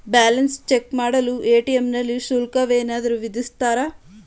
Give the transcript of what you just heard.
Balance check ಮಾಡಲು ATM ನಲ್ಲಿ ಶುಲ್ಕವೇನಾದರೂ ವಿಧಿಸುತ್ತಾರಾ?